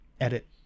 edit